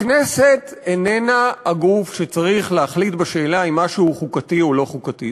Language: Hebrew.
הכנסת איננה הגוף שצריך להחליט בשאלה אם משהו הוא חוקתי או לא חוקתי.